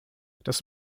das